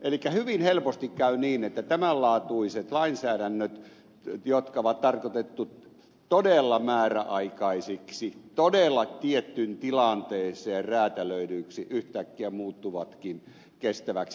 elikkä hyvin helposti käy niin että tämän laatuiset lainsäädännöt jotka on tarkoitettu todella määräaikaisiksi todella tiettyyn tilanteeseen räätälöidyiksi yhtäkkiä muuttuvatkin kestäväksi lainsäädännöksi